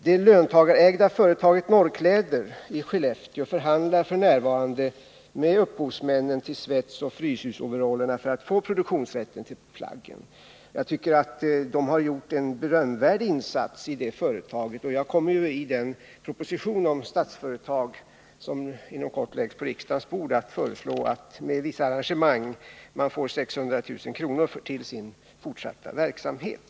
Det löntagarägda företaget Norrkläder i Skellefteå förhandlar f. n. med upphovsmännen till svetsoch fryshusoveraller för att få produktionsrätten till plaggen. Jag tycker att man gjort en berömvärd insats i det företaget. Jag kommeri den proposition om Statsföretag som inom kort läggs på riksdagens bord att föreslå att man genom vissa arrangemang får 600 000 kr. för den fortsatta verksamheten.